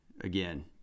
Again